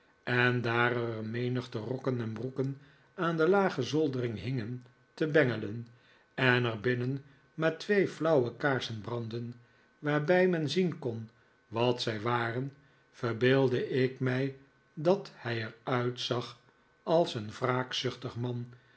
en daar er een menigte rokken en broeken aan de lage zoldering hingen te bengelen en er binnen maar twee flauwe kaarsen brandden waarbij men zien kon wat zij waren verbeeldde ik mij dat hij er uitzag als een wraakzuchtig man